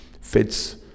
fits